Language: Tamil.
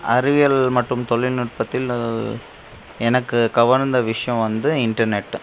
அறிவியல் மற்றும் தொழில்நுட்பத்தில் எனக்கு கவர்ந்த விஷயம் வந்து இன்டர்நெட்டு